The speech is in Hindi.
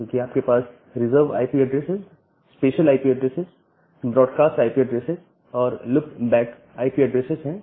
क्योंकि आपके पास reserve IP addresses special IP addresses broadcast IP addresses और लुप बैक आईपी ऐड्रेसेस है